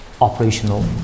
operational